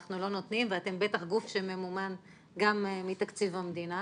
אנחנו לא נותנים ואתם בטח גוף שממומן גם מתקציב המדינה,